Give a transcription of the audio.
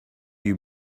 you